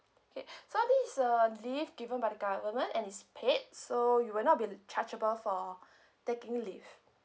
okay so this is a leave given by the government and it's paid so you will not be chargeable for taking leave